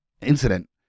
incident